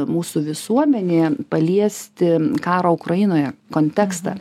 mūsų visuomenėje paliesti karo ukrainoje kontekstą